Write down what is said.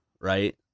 right